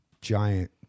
giant